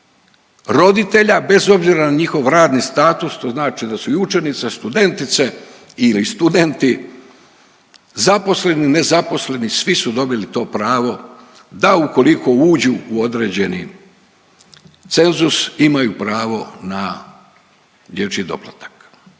roditelja bez obzira na njihov radni status. To znači da su i učenice, studentice ili studenti zaposleni, nezaposleni, svi su dobili to pravo da ukoliko uđu u određeni cenzus imaju pravo na dječji doplatak.